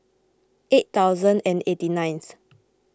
eight thousand and eighty ninth